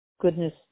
goodness